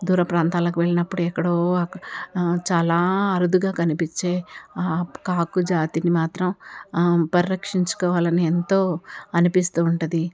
దూర ప్రాతాలకు వెళ్ళినప్పుడు ఎక్కడో అక్క చాలా అరుదుగా కనిపించే కాకు జాతిని మాత్రం పరిరక్షించుకోవాలని ఎంతో అనిపిస్తూ ఉంటుంది